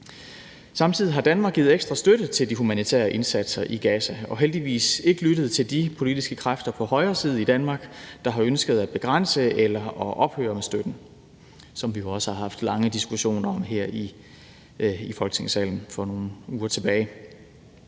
Samtidig har Danmark givet ekstra støtte til de humanitære indsatser i Gaza og heldigvis ikke lyttet til de politiske kræfter på den højre side i Danmark, der har ønsket at begrænse eller ophøre med støtten, hvad vi jo også haft lange diskussioner om her i Folketingssalen for nogle uger siden.